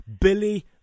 Billy